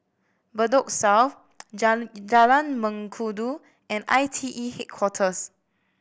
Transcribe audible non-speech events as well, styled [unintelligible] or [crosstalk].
Bedok South [unintelligible] Jalan Mengkudu and ITE Headquarters